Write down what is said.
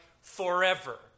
forever